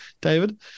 David